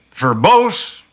verbose